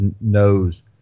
knows